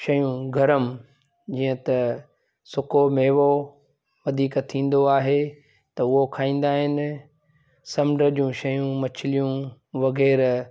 शयूं गरम जीअं त सुको मेवो वधीक थींदो आहे त उहो खाईंदा आहिनि समुंड जी शयूं मछियूं वग़ैरह